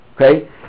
Okay